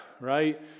right